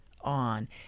on